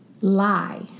lie